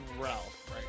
Ralph